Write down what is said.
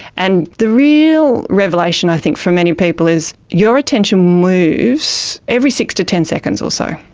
and the real revelation i think for many people is your attention moves every six to ten seconds or so.